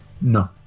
No